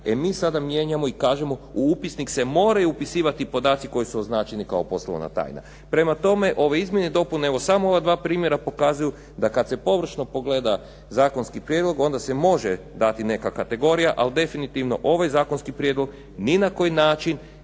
E mi sada mijenjamo i kažemo u upisnik se moraju upisivati podaci koji su označeni kao poslovna tajna. Prema tome, ove izmjene i dopune, evo samo ova dva primjera pokazuju da kad se površno pogleda zakonski prijedlog, onda se može dati neka kategorija, ali definitivno ovaj zakonski prijedlog ni na koji način